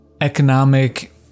economic